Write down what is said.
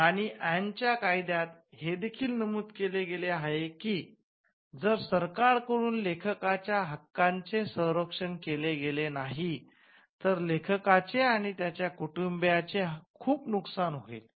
राणी Anne च्या कायद्यात हे देखील नमूद केले आहे की जर सरकार कडून लेखकाच्या हक्कांचे संरक्षण केले गेले नाही तर लेखकाचे आणि त्याच्या कुटुंबियांचे खूप नुकसान होईल